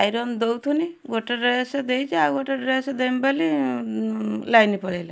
iron ଦେଉଥିନି ଗୋଟେ dress ଦେଇଛି ଆଉ ଗୋଟେ ଡ୍ରେସ୍ ଦେମି ବୋଲି ଲାଇନ୍ ପଳେଇଲା